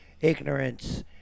ignorance